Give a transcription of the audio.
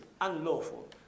unlawful